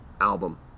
album